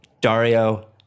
Dario